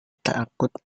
takut